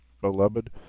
Beloved